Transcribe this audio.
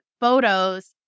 photos